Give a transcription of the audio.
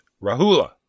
Rahula